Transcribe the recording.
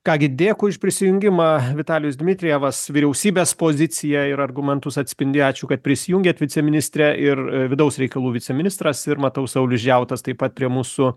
ką gi dėkui už prisijungimą vitalijus dmitrijevas vyriausybės poziciją ir argumentus atspindėjo ačiū kad prisijungėt viceministre ir vidaus reikalų viceministras ir matau saulius džiautas taip pat prie mūsų